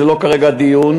זה לא כרגע הדיון.